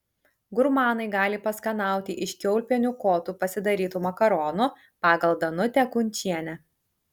gurmanai gali paskanauti iš kiaulpienių kotų pasidarytų makaronų pagal danutę kunčienę